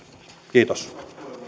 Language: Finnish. kiitos